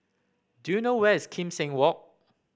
do you know where is Kim Seng Walk